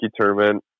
tournament